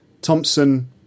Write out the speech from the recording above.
Thompson